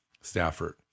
Stafford